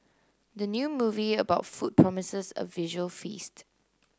the new movie about food promises a visual feast